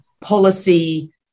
policy